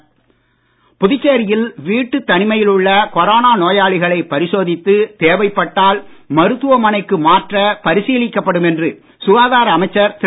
மல்லாடி புதுச்சேரியில் வீட்டுத் தனிமையில் உள்ள கொரோனா நோயாளிகளை பரிசோதித்து தேவைப்பட்டால் மருத்துவமனைக்கு மாற்ற பரிசீலிக்கப்படும் என்று சுகாதார அமைச்சர் திரு